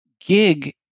gig